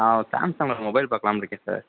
நான் ஒரு சாம்சங்கில் மொபைல் பார்க்கலாம்னு இருக்கேன் சார்